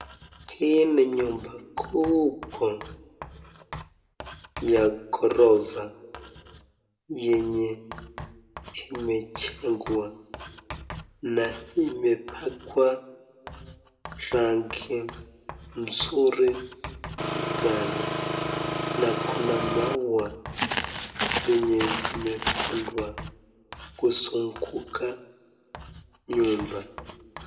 Hii ni nyumba kubwa ya gorofa yenye imejengwa na imepakwa rangi nzuri sana na kuna maua zenye zimepandwa kusunguka nyumba.